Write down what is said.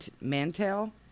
Mantel